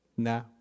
No